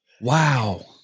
wow